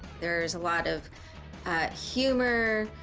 there's a lot of humor,